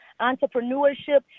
entrepreneurship